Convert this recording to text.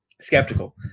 skeptical